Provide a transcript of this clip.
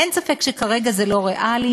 אין ספק שכרגע זה לא ריאלי,